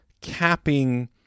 capping